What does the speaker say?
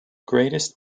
greatest